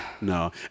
No